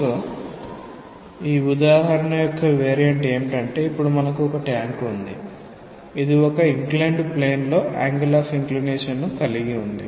కాబట్టి ఉదాహరణ యొక్క వేరియంట్ ఏమిటంటే ఇప్పుడు మనకు ఒక ట్యాంక్ ఉంది ఇది ఒక ఇంక్లైన్డ్ ప్లేన్ లో యాంగిల్ ఆఫ్ ఇంక్లినేషన్ 𝛼ను కలిగి ఉంది